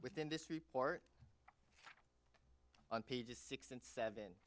within this report on pages six and seven